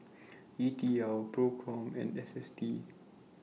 D T L PROCOM and S S T